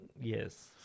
Yes